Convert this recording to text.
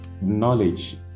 knowledge